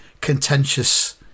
contentious